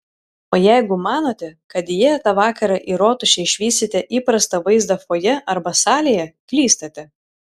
o jeigu manote kad įėję tą vakarą į rotušę išvysite įprastą vaizdą fojė arba salėje klystate